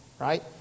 right